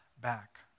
back